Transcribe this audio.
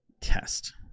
test